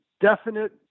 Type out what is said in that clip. definite